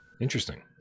Interesting